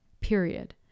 period